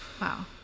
Wow